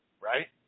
right